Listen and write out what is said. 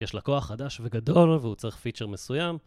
יש לה כוח חדש וגדול והוא צריך פיצ'ר מסוים